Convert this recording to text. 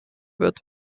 wird